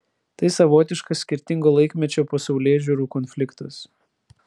tai savotiškas skirtingo laikmečio pasaulėžiūrų konfliktas